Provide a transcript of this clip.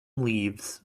leaves